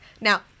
Now